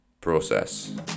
process